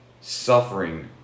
suffering